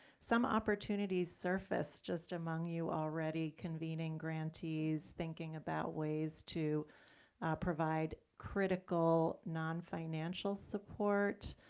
some opportunities surfaced just among you already, convening grantees, thinking about ways to provide critical non-financial support,